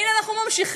והנה, אנחנו ממשיכים.